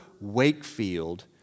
Wakefield